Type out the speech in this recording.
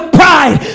pride